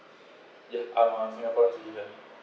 ya I'm a singapore citizen